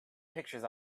pictures